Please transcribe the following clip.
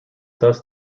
thus